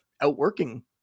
outworking